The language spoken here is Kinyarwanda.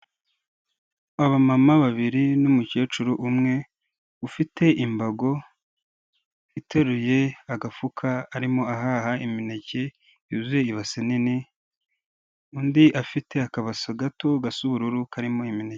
Abamama babiri n'umukecuru umwe ufite imbago, iteruye agafuka arimo ahaha imineke yuzuye ibase nini, undi afite akabaso gato gasa ubururu, karimo imineke.